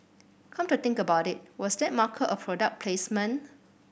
come to think about it was that marker a product placement